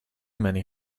many